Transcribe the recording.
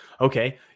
Okay